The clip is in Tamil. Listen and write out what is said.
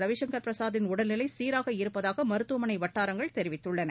ரவிசங்கர் பிரசாத்தின் உடல்நிலை சீராக இருப்பதாக மருத்துவமனை வட்டாரங்கள் தெரிவித்துள்ளன